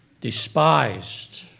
despised